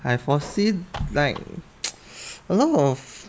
I foresee like a lot of